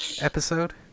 episode